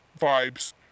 vibes